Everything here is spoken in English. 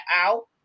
out